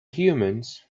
humans